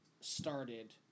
started